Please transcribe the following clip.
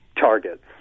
targets